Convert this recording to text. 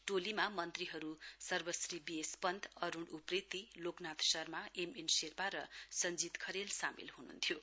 टोलीमा मन्त्रीहरू सर्वश्री B S Pant Arun Upreti Loknath Sharma M N Sherpa र सञ्जीत खरेल सामेल हुनुहुन्थ्यो